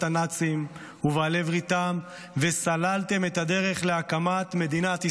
הנאצים ובעלי בריתם וסללתם את הדרך להקמת מדינת ישראל.